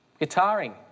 guitaring